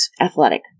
athletic